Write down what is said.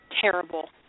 terrible